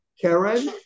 Karen